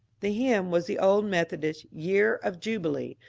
the hymn was the old methodist year of jubilee,